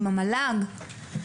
עם המל"ג.